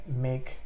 make